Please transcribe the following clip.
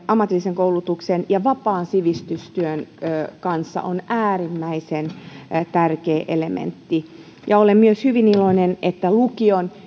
ammatillisen koulutuksen ja vapaan sivistystyön kanssa on äärimmäisen tärkeä elementti ja olen myös hyvin iloinen että lukion